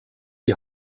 die